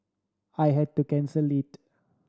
I had to cancel it